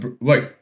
Wait